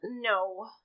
No